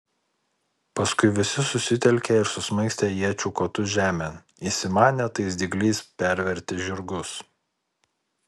paskui visi susitelkė ir susmaigstė iečių kotus žemėn įsimanę tais dygliais perverti žirgus